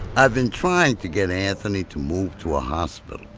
i've been trying to get anthony to move to a hospital,